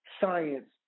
science